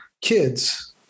kids